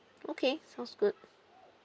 okay sounds good